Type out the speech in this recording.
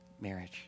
marriage